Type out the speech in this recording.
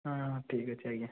ହଁ ଠିକ୍ଅଛି ଆଜ୍ଞା